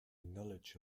knowledge